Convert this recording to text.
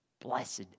Blessed